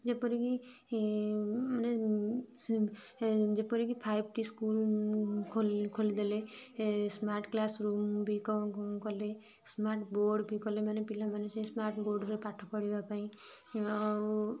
ଯେପରିକି ମାନେ ଯେପରିକି ଫାଇଭ୍ ଟି ସ୍କୁଲ୍ ଖୋଲି ଖୋଲି ଦେଲେ ସ୍ମାର୍ଟ୍ କ୍ଲାସ୍ ରୁମ୍ ବି କଲେ ସ୍ମାର୍ଟ୍ ବୋର୍ଡ଼୍ ବି କଲେ ମାନେ ପିଲାମାନେ ସେ ସ୍ମାର୍ଟ୍ ବୋର୍ଡ଼୍ରେ ପାଠ ପଢ଼ିବା ପାଇଁ କିମ୍ବା ଆଉ